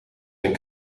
zijn